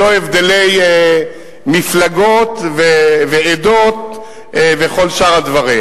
ללא הבדלי מפלגות ועדות וכל שאר הדברים.